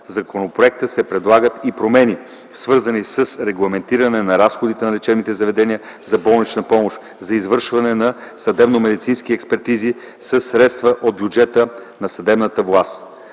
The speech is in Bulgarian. законопроекта са предлагат и промени, свързани с регламентиране на разходите на лечебните заведения за болнична помощ за извършване на съдебномедицински експертизи със средства от бюджета на съдебната власт.